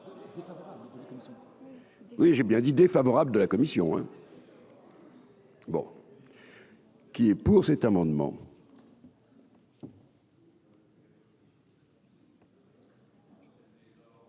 Oui, j'ai bien dit défavorable de la commission. Bon, qui est pour cet amendement.